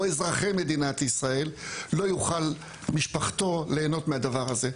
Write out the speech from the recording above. אזרחי מדינת ישראל לא תוכל משפחתו ליהנות מהדבר הזה.